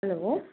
hello